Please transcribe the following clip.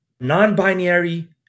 non-binary